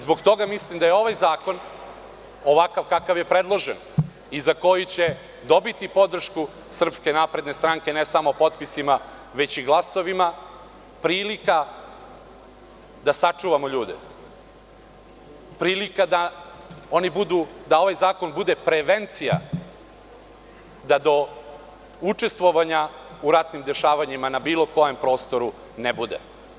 Zbog toga mislim da je ovaj zakon ovakav kakav je predložen i za koji će dobiti podršku Srpske napredne stranke ne samo potpisima već i glasanjem, prilika da sačuvamo ljude, prilika da ovaj zakon bude prevencija, da do učestvovanja u ratnim dešavanjima na bilo kojem prostoru ne bude.